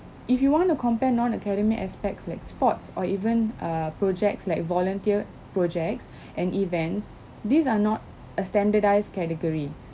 if you want to compare non academic aspects like sports or even uh projects like volunteer projects and events these are not a standardized category